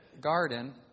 garden